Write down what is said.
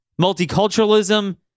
multiculturalism